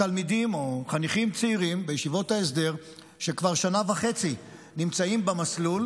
תלמידים או חניכים צעירים בישיבות ההסדר שכבר שנה וחצי נמצאים במסלול,